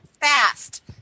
Fast